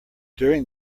during